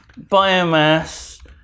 biomass